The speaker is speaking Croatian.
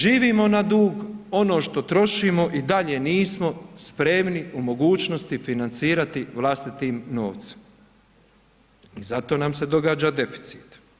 Živimo na dug, ono što trošimo i dalje nismo spremni u mogućnosti financirati vlastitim novcem i zato nam se događa deficit.